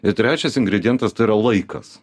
ir trečias ingredientas tai yra laikas